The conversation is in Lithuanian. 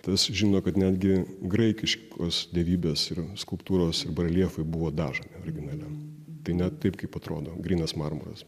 tas žino kad netgi graikiškos dievybės ir skulptūros bareljefai buvo dažomi originaliam tai ne taip kaip atrodo grynas marmuras